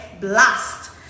blast